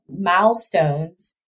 milestones